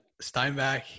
Steinbach